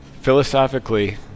Philosophically